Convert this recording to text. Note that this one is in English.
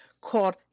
called